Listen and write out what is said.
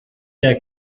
der